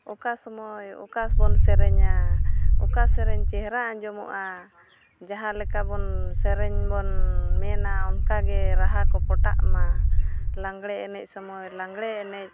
ᱚᱠᱟ ᱥᱚᱢᱚᱭ ᱚᱠᱟ ᱵᱚᱱ ᱥᱮᱨᱮᱧᱟ ᱚᱠᱟ ᱥᱮᱨᱮᱧ ᱪᱮᱦᱨᱟ ᱟᱡᱚᱢᱚᱜᱼᱟ ᱡᱟᱦᱟᱸ ᱞᱮᱠᱟ ᱵᱚᱱ ᱥᱮᱨᱮᱧ ᱵᱚᱱ ᱢᱮᱱᱟ ᱚᱱᱠᱟᱜᱮ ᱨᱟᱦᱟ ᱠᱚ ᱯᱚᱴᱟᱜᱢᱟ ᱞᱟᱜᱽᱲᱮ ᱥᱮᱱᱮᱡ ᱥᱚᱢᱚᱭ ᱞᱟᱜᱽᱲᱮ ᱮᱱᱮᱡ